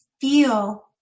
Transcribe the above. Feel